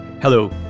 Hello